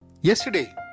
Yesterday